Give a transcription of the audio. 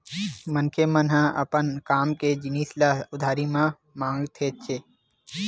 मनखे मन ह अपन काम के जिनिस ल उधारी म मांगथेच्चे